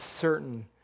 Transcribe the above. certain